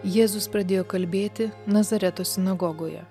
jėzus pradėjo kalbėti nazareto sinagogoje